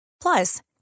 Plus